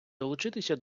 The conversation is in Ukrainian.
долучитися